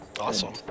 Awesome